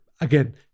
again